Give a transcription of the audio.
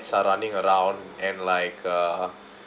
are running around and like uh